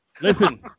Listen